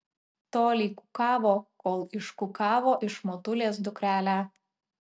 tolei kukavo kol iškukavo iš motulės dukrelę